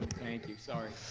thank you, sorry.